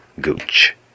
Gooch